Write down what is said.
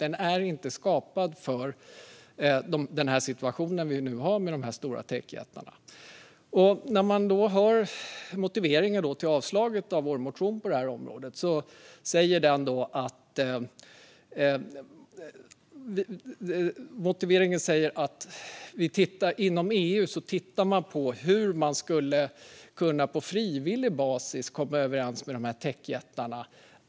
Den är inte skapad för den situation vi nu har med dessa stora techjättar. Motiveringen till avslaget på vår motion på det här området säger att man inom EU tittar på hur man på frivillig basis skulle komma överens med techjättarna.